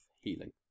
healing